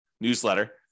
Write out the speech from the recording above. newsletter